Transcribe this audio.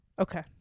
Okay